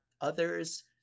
others